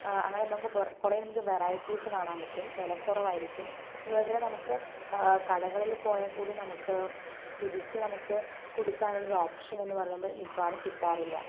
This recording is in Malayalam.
അങ്ങനെ നമുക്ക് കുറേ നമുക്ക് വെറൈറ്റിസ് കാണാൻ പറ്റും വില കുറവായിരിക്കും അതുപോലെതന്നെ നമുക്ക് കടകളിൽ പോയാൽക്കൂടി നമുക്ക് തിരിച്ച് നമുക്ക് കൊടുക്കാനുള്ളൊരു ഓപ്ഷൻ എന്ന് പറയുമ്പോൾ മിക്കവാറും കിട്ടാറില്ല